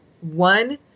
one